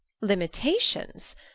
Limitations